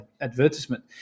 advertisement